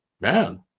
man